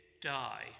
die